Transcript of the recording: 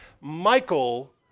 Michael